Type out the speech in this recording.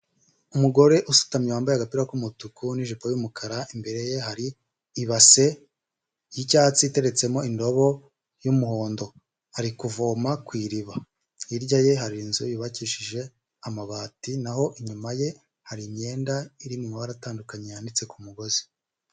Umugore usutamye wambaye agapira k'umutuku n'ijipo y'umukara, imbere ye hari ibase y'icyatsi iteretsemo indobo y'umuhondo, ari kuvoma ku iriba, hirya ye hari inzu yubakishije amabati, naho inyuma ye hari imyenda iri mu mabara atandukanye yanitse ku mugozi.